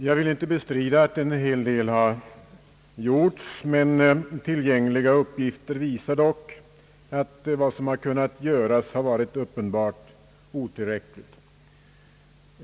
Jag vill inte bestrida att en hel del har gjorts, men tillgängliga uppgifter visar dock att vad som har kunnat göras varit uppenbart otillräckligt.